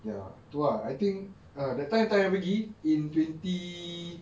ya tu ah I think ah that time I pergi in twenty